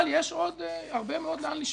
אבל יש הרבה מאוד לאן לשאוף.